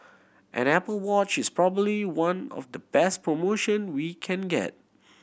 an Apple Watch is probably one of the best promotion we can get